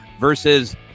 versus